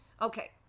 Okay